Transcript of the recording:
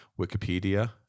Wikipedia